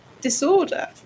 disorder